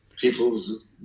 people's